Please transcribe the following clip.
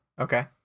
Okay